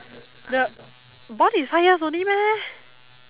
the bond is five years only meh